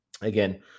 again